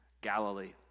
Galilee